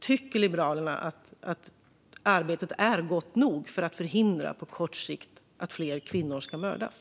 Tycker Liberalerna att arbetet är gott nog för att på kort sikt förhindra att fler kvinnor ska mördas?